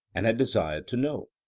and had desired to know?